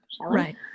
Right